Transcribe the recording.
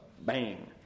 bang